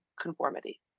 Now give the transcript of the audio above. conformity